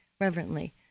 reverently